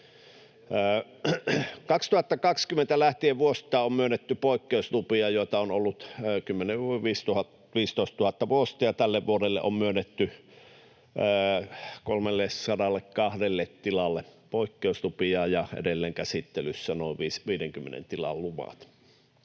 2020 lähtien vuosittain on myönnetty poikkeuslupia, joita on ollut 10 000—15 000 vuosittain, ja tälle vuodelle on myönnetty 302 tilalle poikkeuslupia ja edelleen käsittelyssä on noin 50 tilan luvat.